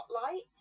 spotlight